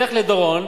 לך לדורון,